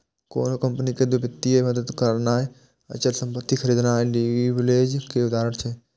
कोनो कंपनी कें वित्तीय मदति करनाय, अचल संपत्ति खरीदनाय लीवरेज के उदाहरण छियै